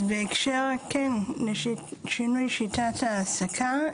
בהקשר לשינוי שיטת ההעסקה: